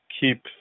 keep